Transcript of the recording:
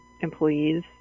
employees